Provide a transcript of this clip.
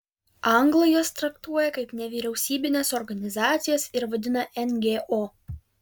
anglai jas traktuoja kaip nevyriausybines organizacijas ir vadina ngo